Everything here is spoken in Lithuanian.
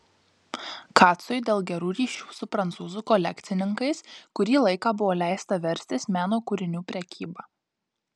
kacui dėl gerų ryšių su prancūzų kolekcininkais kurį laiką buvo leista verstis meno kūrinių prekyba